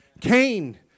Cain